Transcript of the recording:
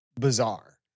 bizarre